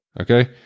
Okay